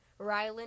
Rylan